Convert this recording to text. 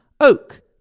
Oak